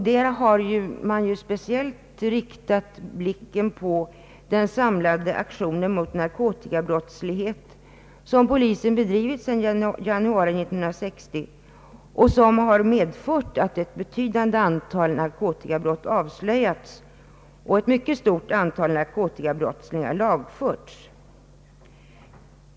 Man har speciellt riktat blicken på den samlade aktion mot narkotikabrottslighet som polisen bedrivit sedan januari 1969 och som har medfört att ett betydande antal narkotikabrott avslöjats och ett mycket stort antal narkotikabrottslingar lagförts.